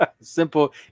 Simple